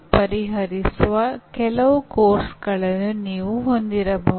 ಅಂದಾಜುವಿಕೆ ಕಾರ್ಯಕ್ಷಮತೆಯ ಅಳತೆಯಾಗಿದೆ